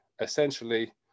essentially